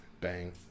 Bang